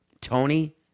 Tony